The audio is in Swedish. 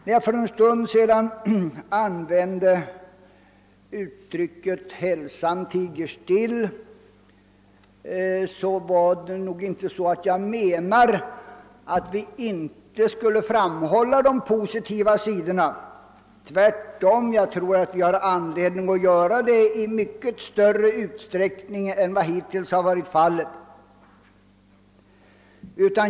När jag för en stund sedan använde uttrycket »hälsan tiger still« avsåg jag ej att vi inte skulle framhålla de positiva sidorna; tvärtom, jag tror att vi har all anledning att göra det i mycket större utsträckning än som hittills varit fallet.